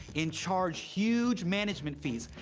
and charge huge management fees.